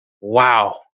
Wow